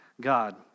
God